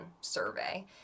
survey